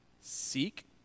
Seek